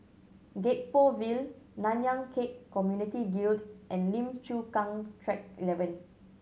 Gek Poh Ville Nanyang Khek Community Guild and Lim Chu Kang Track Eleven